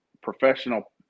professional